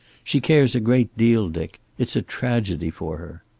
she cares a great deal, dick. it's a tragedy for her.